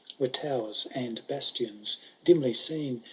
were towers and bastions dimly seen.